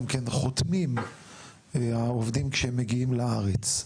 כן חותמים העובדים כשהם מגיעים לארץ,